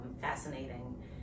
fascinating